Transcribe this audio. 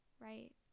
right